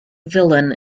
villain